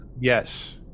Yes